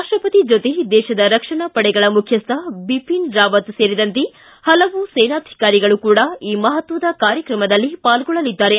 ರಾಷ್ಟಪತಿ ಜೊತೆ ದೇಶದ ರಕ್ಷಣಾ ಪಡೆಗಳ ಮುಖ್ಚಸ್ಕ ಬಿಬಿನ್ ರಾವತ್ ಸೇರಿದಂತೆ ಹಲವು ಸೇನಾಧಿಕಾರಿಗಳು ಕೂಡ ಈ ಮಹತ್ವದ ಕಾರ್ಯಕ್ರಮದಲ್ಲಿ ಪಾಲ್ಗೊಳ್ಳಲಿದ್ದಾರೆ